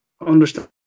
understand